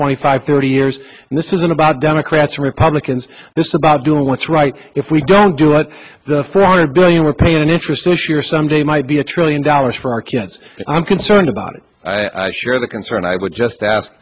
twenty five thirty years this isn't about democrats or republicans this is about doing what's right if we don't do what the four hundred billion we're paying an interesting issue for some day might be a trillion dollars for our kids i'm concerned about it i share the concern i would just ask